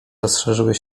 rozszerzyły